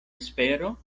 espero